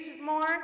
more